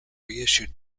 reissued